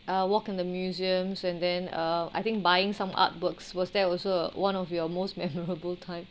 uh walk in the museums and then uh I think buying some artworks was there also one of your most memorable time